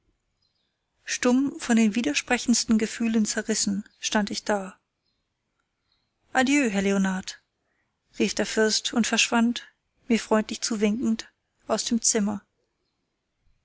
stumm von den widersprechendsten gefühlen zerrissen stand ich da adieu herr leonard rief der fürst und verschwand mir freundlich zuwinkend aus dem zimmer